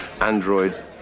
android